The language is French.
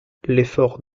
l’effort